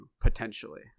potentially